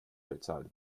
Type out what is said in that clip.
bezahlt